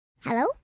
Hello